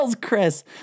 Chris